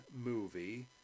movie